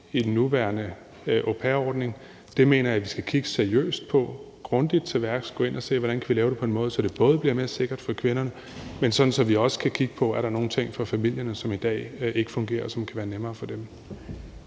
i den nuværende au pair-ordning. Det mener jeg vi skal kigge seriøst på og gå grundigt til værks og gå ind og se, hvordan vi kan lave det på en måde, så det både bliver mere sikkert for kvinderne, men sådan at vi også kan kigge på, om der er nogle ting for familierne, som i dag ikke fungerer, som kan være nemmere for dem.